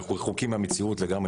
אנחנו רחוקים מהמציאות לגמרי.